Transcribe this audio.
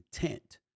intent